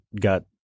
got